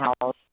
house